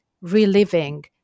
reliving